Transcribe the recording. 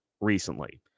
recently